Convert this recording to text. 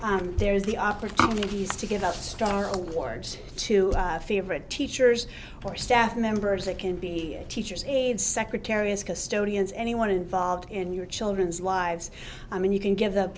there is the opportunities to give out star awards to favorite teachers or staff members that can be a teacher's aide secretaries custodians anyone involved in your children's lives i mean you can give the